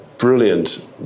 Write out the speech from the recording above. Brilliant